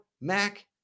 Mac